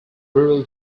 rural